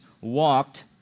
walked